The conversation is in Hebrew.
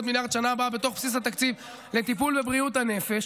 מיליארד בשנה הבאה בתוך בסיס התקציב לטיפול בבריאות הנפש,